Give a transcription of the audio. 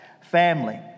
family